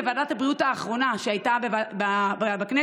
לוועדת הבריאות האחרונה שהייתה בכנסת,